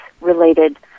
related